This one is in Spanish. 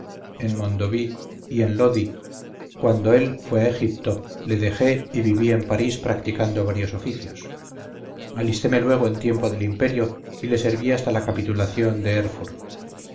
en mondovi y en lodi cuando él fue a egipto le dejé y viví en parís practicando varios oficios alisteme luego en tiempo del imperio y le serví hasta la capitulación de